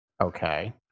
Okay